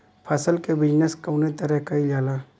फसल क बिजनेस कउने तरह कईल जाला?